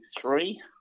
three